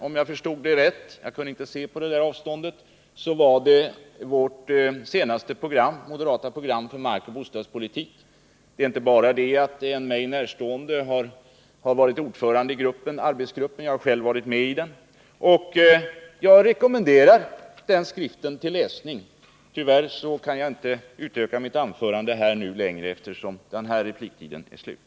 Om jag förstod det rätt — jag kunde inte se det på så stort avstånd — var det det senaste moderata programmet för markoch bostadspolitik. En mig närstående person har varit ordförande i arbetsgrup pen som gjort det, och jag har själv varit med i den. Jag rekommenderar den skriften till läsning. Tyvärr kan jag inte förlänga mitt anförande, eftersom repliktiderna är slut.